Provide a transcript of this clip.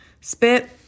spit